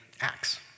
Acts